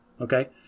Okay